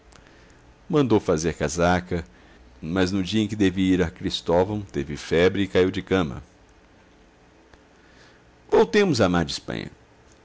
mandou fazer casaca mas no dia em que devia ir a cristóvão teve febre e caiu de cama voltemos a mar de espanha